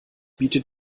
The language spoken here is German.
bietet